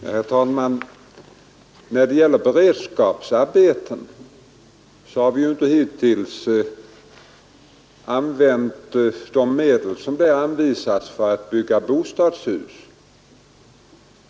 Herr talman! När det gäller beredskapsarbeten har vi hittills inte använt medel till dem för att bygga bostadshus.